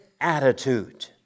attitude